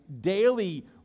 daily